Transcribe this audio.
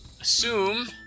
assume